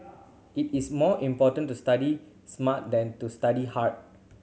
it is more important to study smart than to study hard